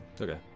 Okay